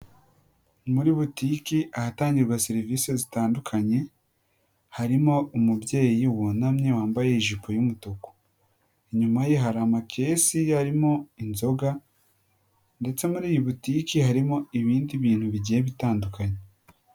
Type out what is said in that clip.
Muri butike ahatangirwa serivisi zitandukanye harimo umubyeyi wunamye wambaye ijipo y'umutuku, inyuma ye hari amakesi arimo inzoga ndetse muri iyi butike harimo ibindi bintu bigiye bitandukanye.